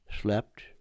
slept